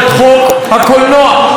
בחוק הקולנוע יש סעיף,